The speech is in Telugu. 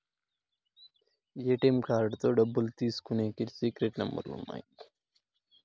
ఏ.టీ.యం కార్డుతో డబ్బులు తీసుకునికి సీక్రెట్ నెంబర్లు ఉంటాయి